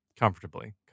Comfortably